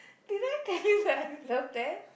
did I tell you that I love that